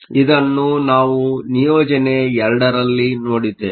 ಇದನ್ನು ನಾವು ನಿಯೋಜನೆ 2 ರಲ್ಲಿ ನೋಡಿದ್ದೇವೆ